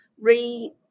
re